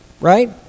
Right